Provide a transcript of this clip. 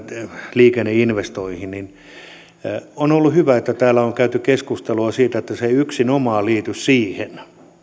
liikenneinvestointeihin on ollut hyvä että täällä on käyty keskustelua siitä että se ei yksinomaan liity siihen